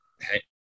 Hey